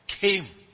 came